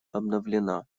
обновлена